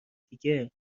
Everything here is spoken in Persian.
دیگه